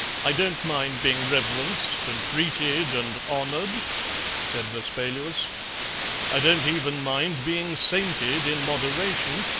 i don't mind being reverenced and greeted and honoured said vespaluus i don't even mind being sainted in moderation,